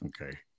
okay